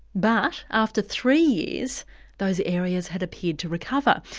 but after three years those areas had appeared to recover.